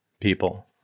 people